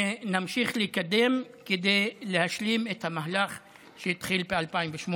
שנמשיך לקדם כדי להשלים את המהלך שהתחיל ב-2008.